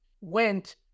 went